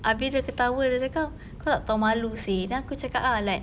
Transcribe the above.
habis dia ketawa dia cakap kau tak tahu malu seh then aku cakap ah like